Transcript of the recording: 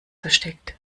versteckt